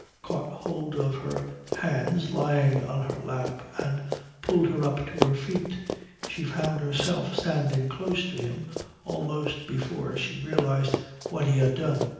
caught hold of her hands lying on her lap and pulled her up to her feet she found herself standing close to him almost before she realized what he had done.